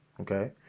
Okay